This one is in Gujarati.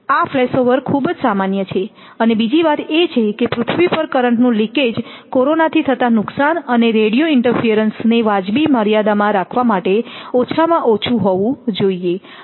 આ ફ્લેશ ઓવર ખૂબ જ સામાન્ય છે અને બીજી વાત એ છે કે પૃથ્વી પર કરંટ નું લિકેજ કોરોના થી થતા નુકસાન અને રેડિયો ઇન્ટરફીયરંશ ને વાજબી મર્યાદામાં રાખવા માટે ઓછામાં ઓછું હોવું જોઈએ